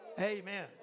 Amen